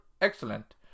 excellent